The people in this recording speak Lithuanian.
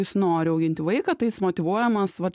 jis nori auginti vaiką tai jis motyvuojamas va